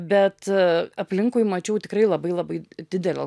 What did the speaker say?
bet aplinkui mačiau tikrai labai labai didel